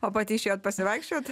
o pati išėjot pasivaikščiot